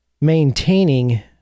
maintaining